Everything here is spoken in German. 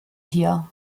hier